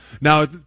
Now